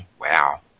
wow